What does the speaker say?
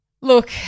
Look